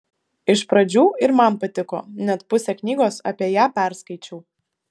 iš pradžių ir man patiko net pusę knygos apie ją perskaičiau